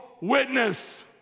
witness